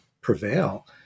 prevail